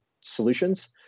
solutions